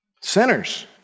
sinners